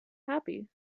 happy